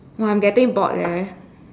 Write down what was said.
!wah! I'm getting bored leh